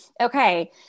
Okay